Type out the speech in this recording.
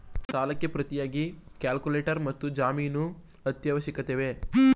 ಸಾಲಕ್ಕೆ ಪ್ರತಿಯಾಗಿ ಕೊಲ್ಯಾಟರಲ್ ಮತ್ತು ಜಾಮೀನು ಅತ್ಯವಶ್ಯಕವೇ?